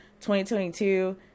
2022